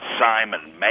Simon